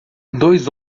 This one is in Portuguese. dois